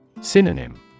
Synonym